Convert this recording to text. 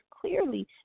clearly